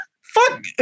Fuck